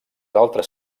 altres